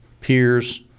peers